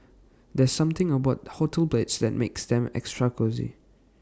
there's something about hotel beds that makes them extra cosy